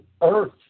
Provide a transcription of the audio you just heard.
earth